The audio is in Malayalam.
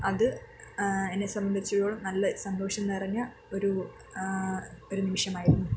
അത് എന്നെ സംബന്ധിച്ചു നല്ല സന്തോഷം നിറഞ്ഞ ഒരു ഒരു നിമിഷമായിരുന്നു